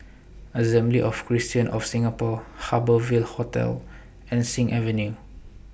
Assembly of Christians of Singapore Harbour Ville Hotel and Sing Avenue